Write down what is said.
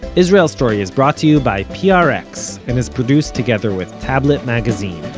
israel story is brought to you by prx and is produced together with tablet magazine